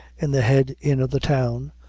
in the head inn of the town,